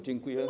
Dziękuję.